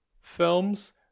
films